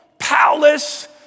palace